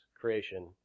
creation